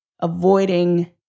avoiding